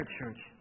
church